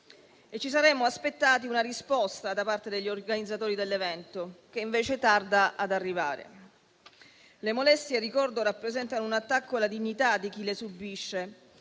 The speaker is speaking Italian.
Ci saremmo aspettati una risposta da parte degli organizzatori dell'evento, che invece tarda ad arrivare. Le molestie - ricordo - rappresentano un attacco alla dignità di chi le subisce.